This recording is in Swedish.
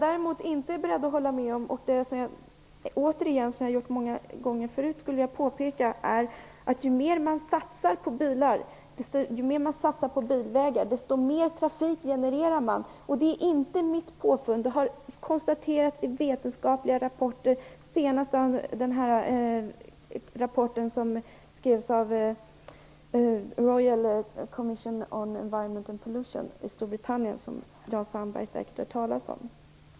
Däremot vill jag påpeka, som jag har gjort många gånger förut, att ju mer man satsar på bilvägar, desto mer trafik genererar man. Det är inte mitt påfund, utan det har konstaterats i vetenskapliga rapporter. Den senaste rapporten har skrivits av Royal Commission on Environmental Pollution i Storbritannien, som Jan Sandberg säkert har hört talas om.